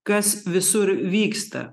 kas visur vyksta